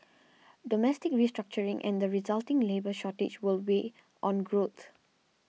domestic restructuring and the resulting labour shortage will weigh on growth